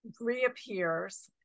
reappears